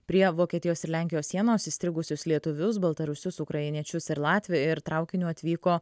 prie vokietijos ir lenkijos sienos įstrigusius lietuvius baltarusius ukrainiečius ir latvį ir traukiniu atvyko